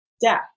death